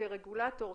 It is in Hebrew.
כרגולטור,